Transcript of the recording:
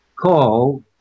call